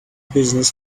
business